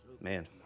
Man